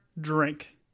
drink